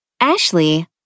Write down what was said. Ashley